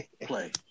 play